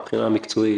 מבחינה מקצועית